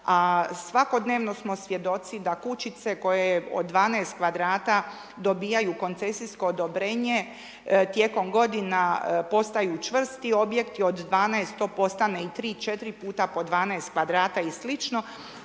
a svakodnevno smo svjedoci da kućice koje od 12 kvadrata dobivaju koncesijsko odobrenje, tijekom godina postaju čvrsti objekti, od 12 to postane i tri, četiri puta po 12 kvadrata i